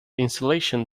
insulation